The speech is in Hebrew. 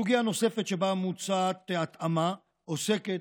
סוגיה נוספת שבה מוצעת התאמה עוסקת,